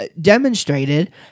demonstrated